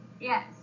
Yes